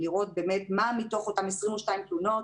לראות באמת מה מתוך אותם 22 תלונות